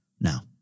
now